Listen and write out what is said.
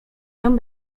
nią